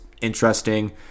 interesting